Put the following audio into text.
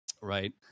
right